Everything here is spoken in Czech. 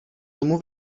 tomu